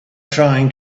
trying